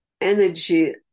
energy